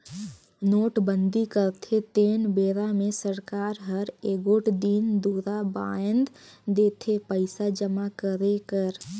नोटबंदी करथे तेन बेरा मे सरकार हर एगोट दिन दुरा बांएध देथे पइसा जमा करे कर